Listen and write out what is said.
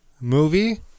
movie